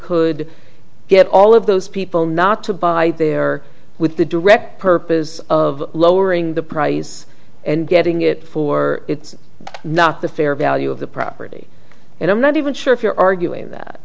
could get all of those people not to buy there with the direct purpose of lowering the price and getting it for it's not the fair value of the property and i'm not even sure if you're arguing